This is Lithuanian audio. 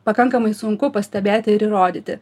pakankamai sunku pastebėti ir įrodyti